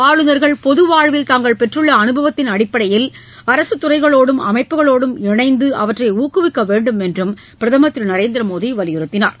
ஆளுநர்கள் பொது வாழ்வில் தாங்கள் பெற்றுள்ள அனுபவத்தின் அடிப்படையில் அரசுத் துறைகளோடும் அமைப்புகளோடும் இணைந்து அவற்றை ஊக்குவிக்க வேண்டும் என்றும் பிரதமர் திரு நரேந்திர மோடி வலியுறுத்தினார்